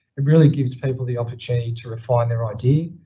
it really gives people the opportunity to refine their idea,